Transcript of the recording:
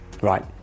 Right